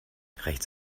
rechts